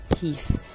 peace